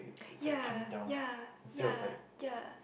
ya ya ya ya